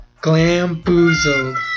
Glamboozled